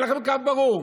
אין לכם קו ברור.